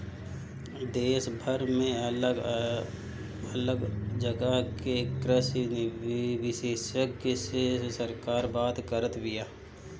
देशभर में अलग अलग जगह के कृषि विशेषग्य से सरकार बात करत बिया